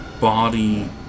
body